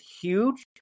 huge